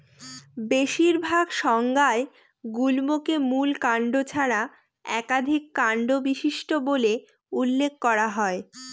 বেশিরভাগ সংজ্ঞায় গুল্মকে মূল কাণ্ড ছাড়া একাধিক কাণ্ড বিশিষ্ট বলে উল্লেখ করা হয়